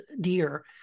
dear